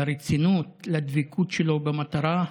לרצינות, לדבקות שלו במטרה.